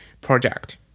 project